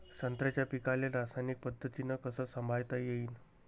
संत्र्याच्या पीकाले रासायनिक पद्धतीनं कस संभाळता येईन?